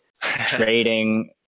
trading